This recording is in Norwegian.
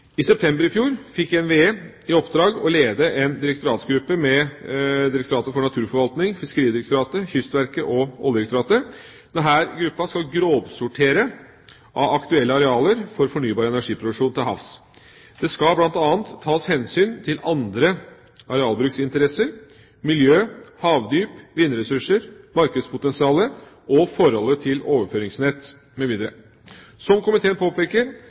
I september i fjor fikk NVE i oppdrag å lede en direktoratgruppe med Direktoratet for naturforvaltning, Fiskeridirektoratet, Kystverket og Oljedirektoratet. Denne gruppen skal grovsortere aktuelle arealer for fornybar produksjon til havs. Det skal bl.a. tas hensyn til andre arealbruksinteresser, miljø, havdyp, vindressurser, markedspotensial og forholdet til overføringsnett mv. Som komiteen påpeker,